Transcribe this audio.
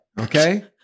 okay